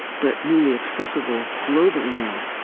but newly accessible globally now.